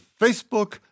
Facebook